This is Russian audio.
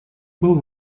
был